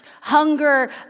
hunger